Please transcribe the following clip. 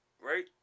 right